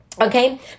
Okay